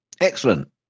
Excellent